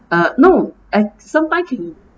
uh no at some time can